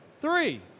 Three